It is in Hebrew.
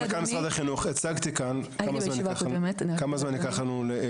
הצגתי כאן כמה זמן ייקח לנו.